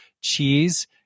cheese